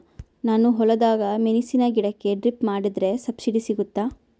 ನಾನು ಹೊಲದಾಗ ಮೆಣಸಿನ ಗಿಡಕ್ಕೆ ಡ್ರಿಪ್ ಮಾಡಿದ್ರೆ ಸಬ್ಸಿಡಿ ಸಿಗುತ್ತಾ?